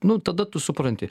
nu tada tu supranti